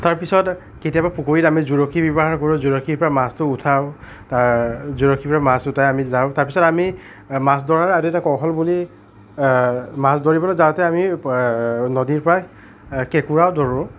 তাৰপিছত কেতিয়াবা পুখুৰীত আমি জুলুকি ব্যৱহাৰ কৰোঁ জুলুকিৰ পৰা মাছটো উঠাওঁ জুলুকিৰ পৰা মাছ উঠাই আমি যাওঁ তাৰপিছত আমি মাছ ধৰাৰ আৰু এটা কৌশল বুলি মাছ ধৰিবলৈ যাওঁতে আমি নদীৰ পৰা কেঁকোৰাও ধৰোঁ